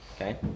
okay